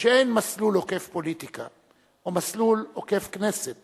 שאין מסלול עוקף-פוליטיקה או מסלול עוקף-כנסת